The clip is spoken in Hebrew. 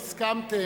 האם הסכמתם,